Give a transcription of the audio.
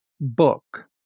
Book